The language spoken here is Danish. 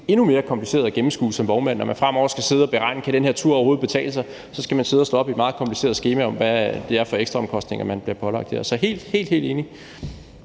endnu mere kompliceret at gennemskue som vognmand, når man fremover skal sidde og beregne, om en tur overhovedet kan betale sig. Så skal man sidde og slå op i et meget kompliceret skema for at se, hvad det er for nogle ekstra omkostninger, man bliver pålagt. Så jeg er helt, helt enig.